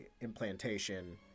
implantation